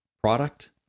product